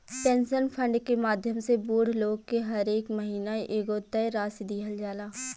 pension fund के माध्यम से बूढ़ लोग के हरेक महीना एगो तय राशि दीहल जाला